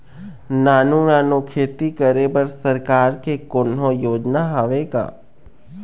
नानू नानू खेती करे बर सरकार के कोन्हो योजना हावे का?